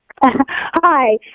Hi